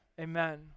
Amen